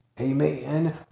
Amen